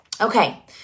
Okay